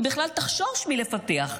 היא בכלל תחשוש לפתח,